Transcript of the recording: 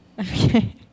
Okay